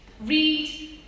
Read